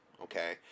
okay